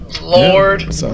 Lord